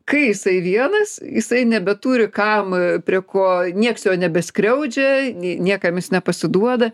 kai jisai vienas jisai nebeturi kam prie ko niekas jo nebeskriaudžia niekam jis nepasiduoda